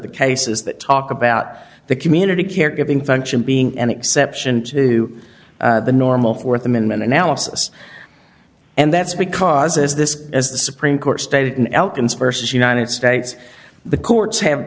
the cases that talk about the community caregiving function being an exception to the normal th amendment analysis and that's because as this as the supreme court stated in elkins vs united states the courts have